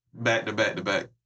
back-to-back-to-back